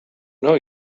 know